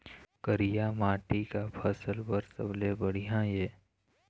करिया माटी का फसल बर सबले बढ़िया ये?